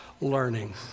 learning